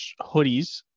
hoodies